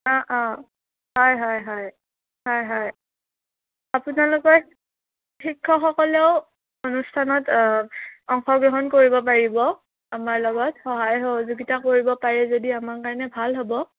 অঁ অঁ হয় হয় হয় হয় হয় আপোনালোকৰ শিক্ষকসকলেও অনুষ্ঠানত অংশগ্ৰহণ কৰিব পাৰিব আমাৰ লগত সহায় সহযোগিতা কৰিব পাৰে যদি আমাৰ কাৰণে ভাল হ'ব